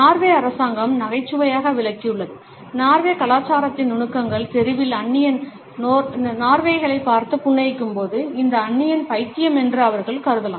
Norway அரசாங்கம் நகைச்சுவையாக விளக்கியுள்ளது நோர்வே கலாச்சாரத்தின் நுணுக்கங்கள் தெருவில் அந்நியன் நோர்வேயர்களைப் பார்த்து புன்னகைக்கும்போது இந்த அந்நியன் பைத்தியம் என்று அவர்கள் கருதலாம்